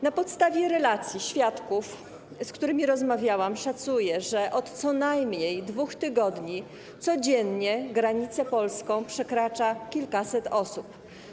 Na podstawie relacji świadków, z którymi rozmawiałam, szacuję, że od co najmniej 2 tygodni codziennie granicę polską przekracza kilkaset osób.